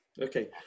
okay